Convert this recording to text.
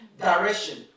Direction